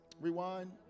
Rewind